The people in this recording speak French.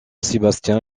sébastien